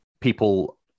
people